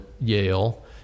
Yale